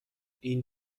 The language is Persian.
این